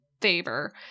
favor